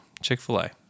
Chick-fil-A